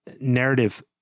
narrative